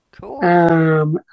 Cool